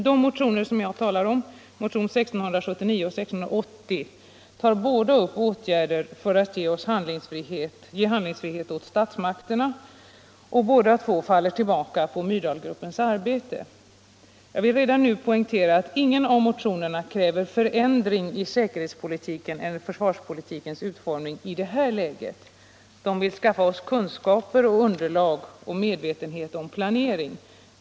De motioner jag talar om, 1679 och 1680, tar båda upp åtgärder för att ge handlingsfrihet åt statsmakterna, och båda två faller tillbaka på Myrdalgruppens arbete. Jag vill redan nu poängtera att ingen av motionerna kräver förändring i säkerhetseller försvarspolitikens utformning. De vill skaffa oss kunskaper, underlag, medvetenhet och planering.